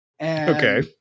Okay